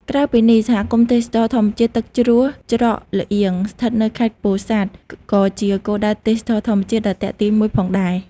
ក្រៅពីនេះ សហគមន៍ទេសចរណ៍ធម្មជាតិទឹកជ្រោះច្រកល្អៀង ស្ថិតនៅខេត្តពោធិ៍សាត់ ក៏ជាគោលដៅទេសចរណ៍ធម្មជាតិដ៏ទាក់ទាញមួយផងដែរ។